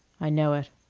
i know it.